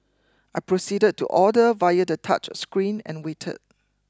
I proceeded to order via the touchscreen and waited